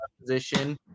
position